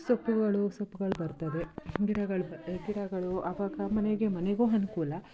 ಸೊಪ್ಪುಗಳು ಸೊಪ್ಗಳು ಬರ್ತದೆ ಗಿಡಗಳು ಗಿಡಗಳು ಅವಾಗ ಮನೆಗೆ ಮನೆಗೂ ಅನುಕೂಲ